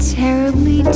terribly